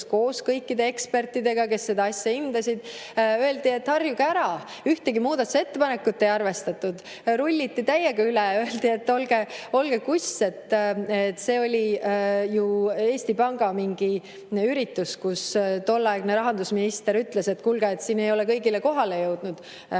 koos kõikide ekspertidega, kes seda asja hindasid, öeldi, et harjuge ära. Ühtegi muudatusettepanekut ei arvestatud. Rulliti täiega üle ja öeldi, et olge kuss. See oli ju Eesti Panga mingi üritus, kus tolleaegne rahandusminister ütles, et kuulge, siin ei ole kõigile kohale jõudnud, mis